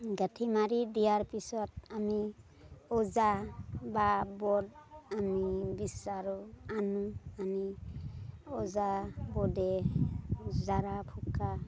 গাঁঠি মাৰি দিয়াৰ পিছত আমি ওজা বা বৈদ আমি বিচাৰোঁ আনো আনি ওজা বৈদে জৰা ফুকা